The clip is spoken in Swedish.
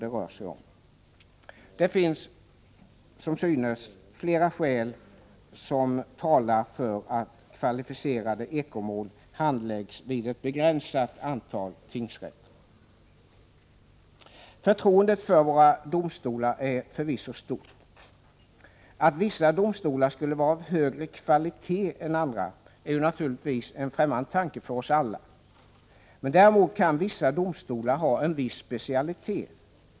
Flera skäl talar således för att kvalificerade ekomål handläggs vid ett begränsat antal tingsrätter. Förtroendet för våra domstolar är förvisso stort. Att vissa domstolar skulle vara av högre kvalitet än andra är naturligtvis en främmande tanke för oss alla, men däremot kan vissa domstolar ha en viss specialitet.